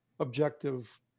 objective